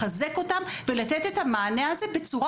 לחזק אותם ולתת את המענה הזה בצורה